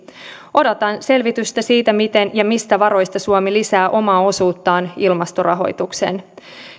odotan selvitystä siitä miten ja mistä varoista suomi lisää omaa osuuttaan ilmastorahoitukseen